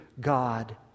God